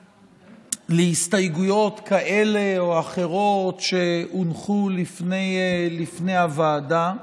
להסתייגויות כאלה או אחרות שהונחו לפני הוועדה,